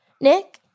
Nick